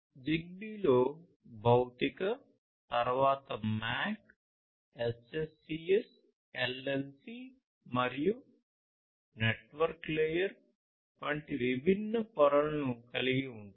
జిగ్బీలో భౌతిక తరువాత MAC SSCS LLC మరియు నెట్వర్క్ లేయర్ వంటి విభిన్న పొరలను కలిగి ఉంటాయి